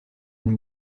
une